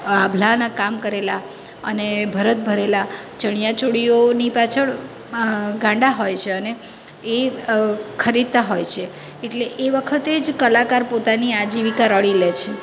આભલાના કામ કરેલા અને ભરત ભરેલા ચણિયાચોળીઓની પાછળ ગાંડા હોય છે અને એ ખરીદતા હોય છે એટલે એ વખતે જ કલાકાર પોતાની આજીવિકા રળી લે છે